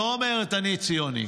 לא אומרת "אני ציוני",